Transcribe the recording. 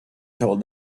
told